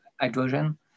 hydrogen